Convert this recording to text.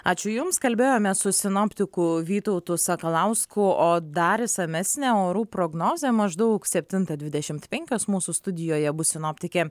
ačiū jums kalbėjome su sinoptiku vytautu sakalausku o dar išsamesnė orų prognozė maždaug septintą dvidešimt penkios mūsų studijoje bus sinoptikė